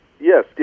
Yes